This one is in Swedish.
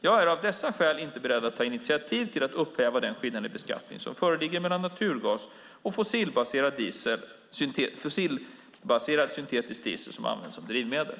Jag är av dessa skäl inte beredd att ta initiativ till att upphäva den skillnad i beskattning som föreligger mellan naturgas och fossilbaserad syntetisk diesel som används som drivmedel.